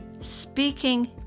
Speaking